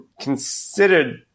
considered